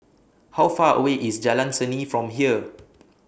How Far away IS Jalan Seni from here